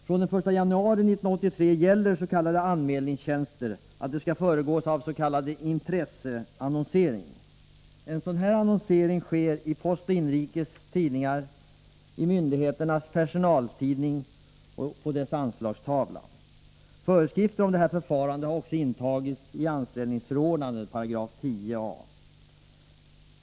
Från den 1 januari 1983 gäller för s.k. anmälningstjänster att de skall föregås av s.k. intresseannonsering. En sådan annonsering sker i Postoch Inrikes Tidningar, i myndighetens personaltidning och på dess anslagstavla. Föreskrifter om detta förfarande har också intagits i 10 a § anställningsförordningen.